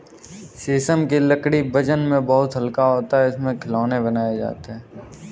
शीशम की लकड़ी वजन में बहुत हल्का होता है इससे खिलौने बनाये जाते है